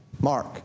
Mark